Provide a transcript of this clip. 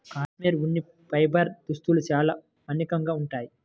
cashmere ఉన్ని fibre దుస్తులు చాలా మన్నికగా ఉంటాయి